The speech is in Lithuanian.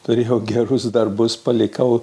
turėjau gerus darbus palikau